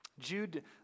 Jude